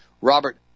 Robert